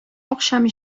акчам